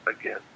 again